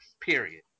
Period